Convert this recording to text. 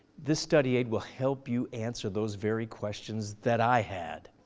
this study aid will help you answer those very questions that i had.